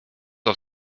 auf